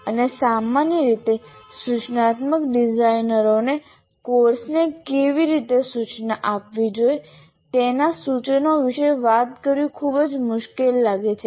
અને સામાન્ય રીતે સૂચનાત્મક ડિઝાઇનરોને કોર્સને કેવી રીતે સૂચના આપવી જોઈએ તેના સૂચનો વિશે વાત કરવી ખૂબ જ મુશ્કેલ લાગે છે